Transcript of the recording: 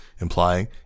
implying